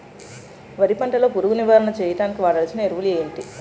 వరి పంట లో పురుగు నివారణ చేయడానికి వాడాల్సిన ఎరువులు ఏంటి?